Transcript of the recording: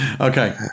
Okay